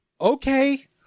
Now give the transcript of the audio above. okay